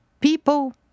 people